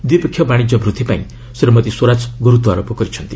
ଦ୍ୱିପକ୍ଷ ବାଣିଜ୍ୟ ବୃଦ୍ଧି ପାଇଁ ଶ୍ରୀମତୀ ସ୍ୱରାଜ ଗୁରୁତ୍ୱାରୋପ କରିଛନ୍ତି